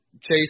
Chase